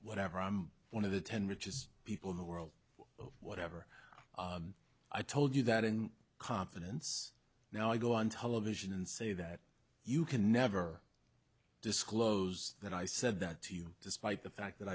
whatever i'm one of the ten richest people in the world whatever i told you that in confidence now you go on television and say that you can never disclose that i said that to you despite the fact that